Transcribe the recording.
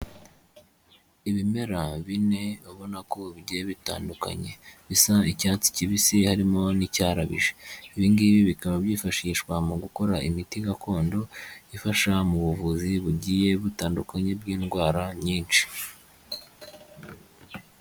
Ibimera bine ubona ko bigiye bitandukanye bisa icyatsi kibisi harimo n'icyarabije, ibi ngibi bikaba byifashishwa mu gukora imiti gakondo ifasha mu buvuzi bugiye butandukanye bw'indwara nyinshi.